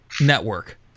network